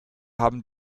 haben